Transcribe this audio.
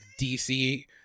DC